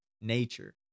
nature